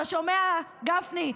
אתה שומע, גפני?